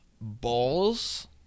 Balls